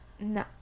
No